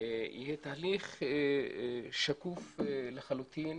יהיה תהליך שקוף לחלוטין,